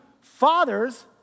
fathers